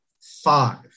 five